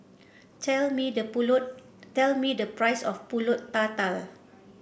tell me the pulut tell me the price of pulut tatal